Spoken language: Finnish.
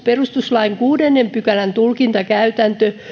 perustuslain kuudennen pykälän tulkintakäytäntö